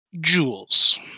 jewels